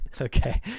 Okay